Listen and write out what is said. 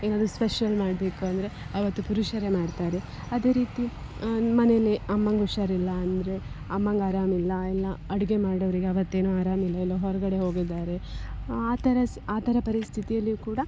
ಏನಾದರೂ ಸ್ಪೆಷಲ್ ಮಾಡಬೇಕು ಅಂದರೆ ಆವತ್ತು ಪುರುಷರೇ ಮಾಡ್ತಾರೆ ಅದೇ ರೀತಿ ಮನೆಯಲ್ಲಿ ಅಮ್ಮಂಗೆ ಹುಷಾರಿಲ್ಲ ಅಂದರೆ ಅಮ್ಮಂಗೆ ಆರಾಮಿಲ್ಲ ಇಲ್ಲ ಅಡಿಗೆ ಮಾಡೋವರಿಗೆ ಆವತ್ತೇನು ಆರಾಮಿರಲ್ಲ ಎಲ್ಲೋ ಹೊರಗಡೆ ಹೋಗಿದ್ದಾರೆ ಆ ಥರ ಸ ಆ ಥರ ಪರಿಸ್ಥಿತಿಯಲ್ಲಿಯೂ ಕೂಡ